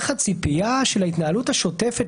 לא מבין איך הציפייה של ההתנהלות השוטפת,